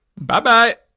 Bye-bye